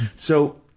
so,